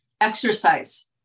exercise